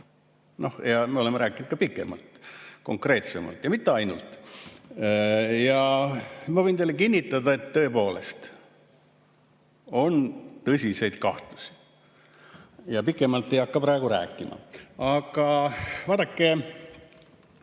lekkis. Me rääkisime ka pikemalt, konkreetsemalt ja mitte ainult. Ma võin teile kinnitada, et tõepoolest on tõsiseid kahtlusi. Pikemalt ei hakka praegu rääkima. Aga vaadake,